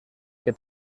que